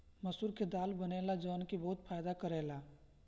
मसूर के दाल बनेला जवन की बहुते फायदा करेला